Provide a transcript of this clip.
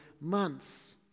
months